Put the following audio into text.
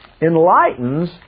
enlightens